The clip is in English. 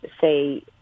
say